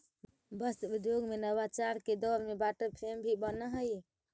वस्त्र उद्योग में नवाचार के दौर में वाटर फ्रेम भी बनऽ हई